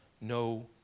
no